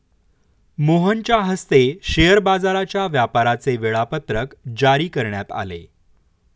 मोहनच्या हस्ते शेअर बाजाराच्या व्यापाराचे वेळापत्रक जारी करण्यात आले